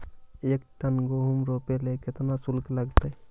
एक टन गेहूं रोपेला केतना शुल्क लगतई?